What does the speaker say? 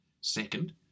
Second